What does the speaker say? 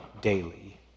daily